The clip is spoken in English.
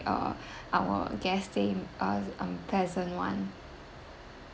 uh our guests stay with us are pleasant one